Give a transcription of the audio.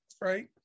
right